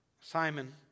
Simon